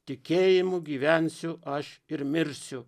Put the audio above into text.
tikėjimu gyvensiu aš ir mirsiu